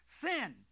Sin